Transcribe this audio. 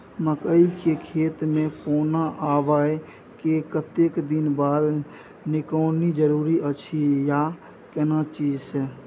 मकई के खेत मे पौना आबय के कतेक दिन बाद निकौनी जरूरी अछि आ केना चीज से?